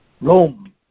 Rome